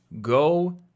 go